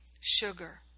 Sugar